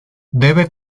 debe